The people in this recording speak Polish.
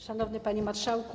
Szanowny Panie Marszałku!